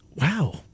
Wow